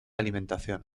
alimentación